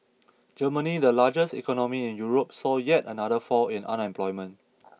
Germany the largest economy in Europe saw yet another fall in unemployment